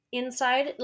inside